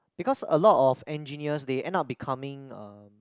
because a lot of engineers they end up becoming uh